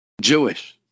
Jewish